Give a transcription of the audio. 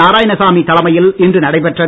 நாராயணசாமி தலைமையில் இன்று நடைபெற்றது